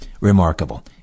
Remarkable